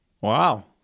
Wow